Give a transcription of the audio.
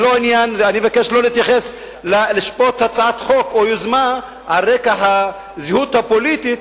אני מבקש לא לשפוט הצעת חוק או יוזמה על רקע הזהות הפוליטית